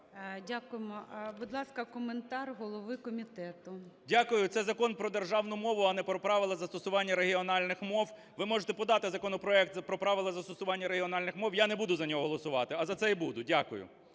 Дякуємо. Будь ласка, коментар голови комітету. 11:51:46 КНЯЖИЦЬКИЙ М.Л. Дякую. Це Закон про державну мову, а не про правила застосування регіональних мов. Ви можете подати законопроект про правила застосування регіональних мов, я не буду за нього голосувати, а за цей буду. Дякую.